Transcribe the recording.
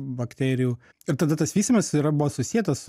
bakterijų ir tada tas vystymasis yra buvo susietas